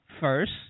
first